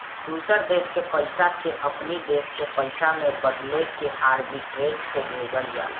दूसर देस के पईसा कअ अपनी देस के पईसा में बदलके आर्बिट्रेज से भेजल जाला